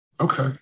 Okay